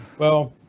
well,